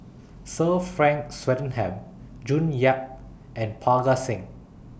Sir Frank Swettenham June Yap and Parga Singh